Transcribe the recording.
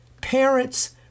Parents